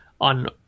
on